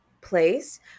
place